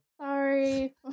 Sorry